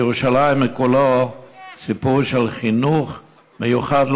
ירושלים כולה היא סיפור של חינוך מיוחד,